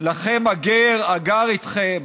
לכם הגֵר הגָר אתכם